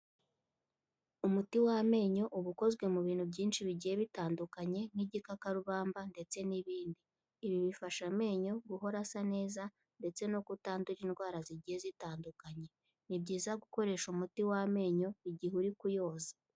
Umuti w'amenyo uba ukozwe mu bintu byinshi bigiye bitandukanye, nk'igikakarubamba ndetse n'ibindi, ibi bifasha amenyo guhora asa neza ndetse no kutandura indwara zigiye zitandukanye, ni byiza gukoresha umuti w'amenyo igihe uri kuyoza.